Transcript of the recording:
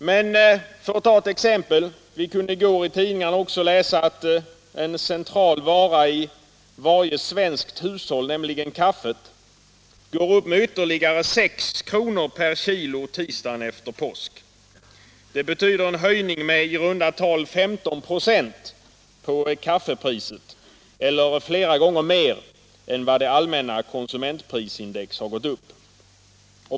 Men för att ta ett exempel så kunde vi i går i tidningarna läsa att en central vara i varje svenskt hushåll, nämligen kaffet, går upp med ytterligare 6 kr. per kilogram tisdagen efter påsk. Det betyder en höjning med i runda tal 15 96 av kaffepriset, eller flera gånger mer än vad det allmänna konsumentprisindexet har gått upp.